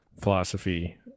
philosophy